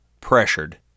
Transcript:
pressured